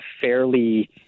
fairly